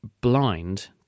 blind